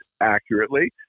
accurately